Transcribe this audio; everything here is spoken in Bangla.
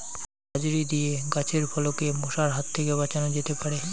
ঝাঁঝরি দিয়ে গাছের ফলকে মশার হাত থেকে বাঁচানো যেতে পারে?